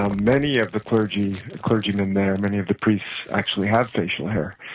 um many of the clergymen clergymen there, many of the priests actually have facial hair.